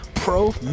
pro